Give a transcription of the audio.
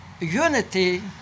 unity